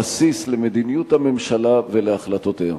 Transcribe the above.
הבסיס למדיניות הממשלה ולהחלטותיה.